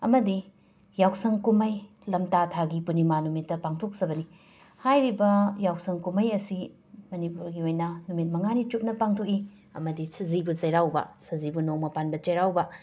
ꯑꯃꯗꯤ ꯌꯥꯎꯁꯪ ꯀꯨꯝꯍꯩ ꯂꯝꯇꯥ ꯊꯥꯒꯤ ꯄꯨꯔꯅꯤꯃꯥ ꯅꯨꯃꯤꯠꯇ ꯄꯥꯡꯊꯣꯛꯆꯕꯅꯤ ꯍꯥꯏꯔꯤꯕ ꯌꯥꯎꯁꯪ ꯀꯨꯝꯍꯩ ꯑꯁꯤ ꯃꯅꯤꯄꯨꯔꯒꯤ ꯑꯣꯏꯅ ꯅꯨꯃꯤꯠ ꯃꯉꯥꯅꯤ ꯆꯨꯞꯅ ꯄꯥꯡꯊꯣꯛꯏ ꯑꯃꯗꯤ ꯁꯖꯤꯕꯨ ꯆꯩꯔꯥꯎꯕ ꯁꯖꯤꯕꯨ ꯅꯣꯡꯃ ꯄꯥꯟꯕ ꯆꯩꯔꯥꯎꯕ